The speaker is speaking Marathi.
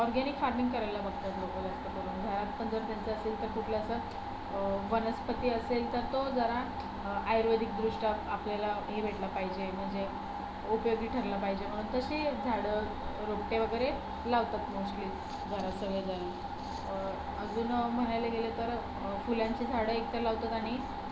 ऑरगॅनिक फार्मिंग करायला बघतात लोकं जास्त करून घरात पण जर त्यांचं असेल तर कुठलं असं वनस्पती असेल तर तो जरा आयुर्वेदिकदृष्ट्या आपल्याला हे भेटला पाहिजे म्हणजे उपयोगी ठरला पाहिजे म्हणून तशी झाड रोपटे वेगरे लावतात मोस्टली घरात सगळेजण अजून म्हणायला गेलं तर फुलांची झाडं एकतर लावतो आहोत आणि